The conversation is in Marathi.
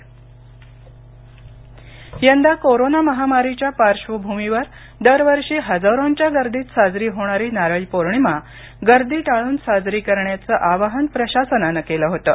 नारळी पौर्णिमा सिंधुदुर्ग यंदा कोरोना महामारीच्या पार्श्वभूमीवर दरवर्षी हजारोंच्या गर्दीत साजरी होणारी नारळी पौर्णिमा गर्दी टाळून साजरी करण्याचं आवाहन प्रशासनान केलं होतं